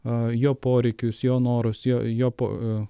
a jo poreikius jo norus jo jo po